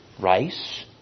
rice